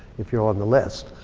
if you're on the list.